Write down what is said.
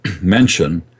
mention